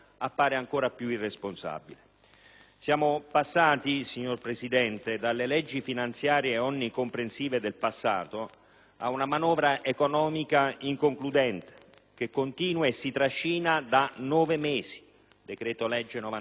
siamo passati dalle leggi finanziarie onnicomprensive del passato ad una manovra economica inconcludente, che continua e si trascina da nove mesi: decreto-legge n. 93, decreto-legge n. 118,